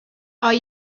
are